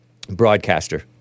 broadcaster